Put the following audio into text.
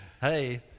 hey